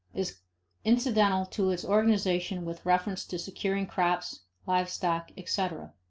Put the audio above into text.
is incidental to its organization with reference to securing crops, live-stock, etc.